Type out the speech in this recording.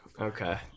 okay